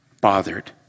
bothered